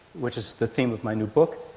which is the theme of my new book,